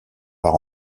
par